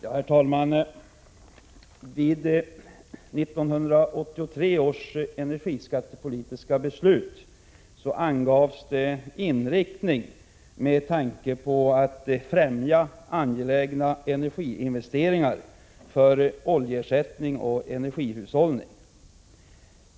Herr talman! I 1983 års energiskattepolitiska beslut angavs inriktningen vara att främja angelägna energiinvesteringar för oljeersättning och energihushållning.